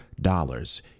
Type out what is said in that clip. dollars